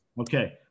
Okay